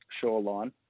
shoreline